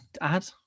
add